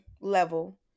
level